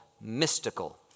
mystical